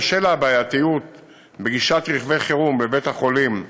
בשל הבעייתיות בגישת רכבי חירום לבית-החולים בנהריה,